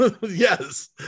Yes